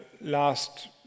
last